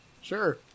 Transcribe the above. Sure